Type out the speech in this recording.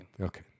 Okay